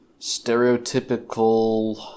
Stereotypical